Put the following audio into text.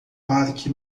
parque